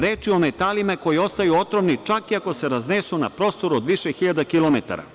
Reč je o metalima koji ostaju otrovni čak i ako se raznesu na prostoru od više hiljada kilometara.